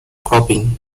cropping